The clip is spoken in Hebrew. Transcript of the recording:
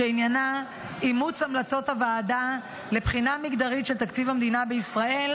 "שעניינה אימוץ המלצות הוועדה לבחינה מגדרית של תקציב המדינה בישראל,